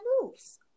moves